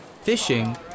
fishing